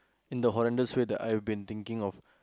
in the horrendous way that I have been thinking of